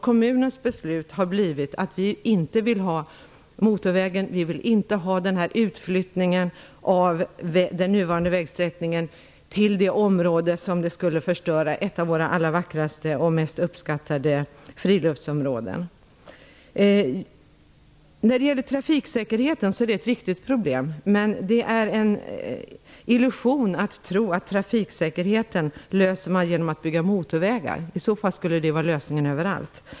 Kommunens beslut har blivit att vi inte vill ha motorvägen och utflyttningen av den nuvarande vägsträckningen till ett av våra allra vackraste och mest uppskattade friluftsområden som då skulle förstöras. Trafiksäkerheten är ett viktigt problem. Men det är en illusion att tro att man löser problemet med trafiksäkerheten genom att bygga motorvägar - i så fall skulle detta vara lösningen överallt.